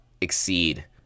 exceed